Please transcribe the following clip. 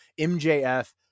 MJF